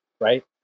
Right